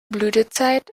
blütezeit